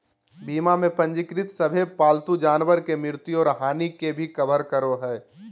बीमा में पंजीकृत सभे पालतू जानवर के मृत्यु और हानि के भी कवर करो हइ